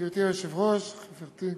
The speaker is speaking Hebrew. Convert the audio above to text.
גברתי היושבת-ראש, חברתי,